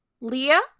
Leah